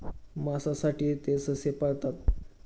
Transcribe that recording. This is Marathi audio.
मांसासाठी ते ससे पाळतात